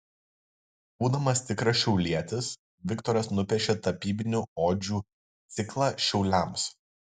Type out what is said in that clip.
būdamas tikras šiaulietis viktoras nupiešė tapybinių odžių ciklą šiauliams